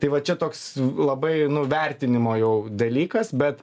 tai va čia toks labai nu vertinimo jau dalykas bet